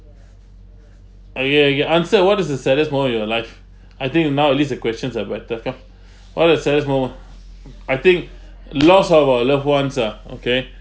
ah yea ah yea answer what is the saddest moment in your life I think now at least the questions are better come what is the saddest moment I think loss of our loved ones ah okay